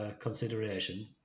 consideration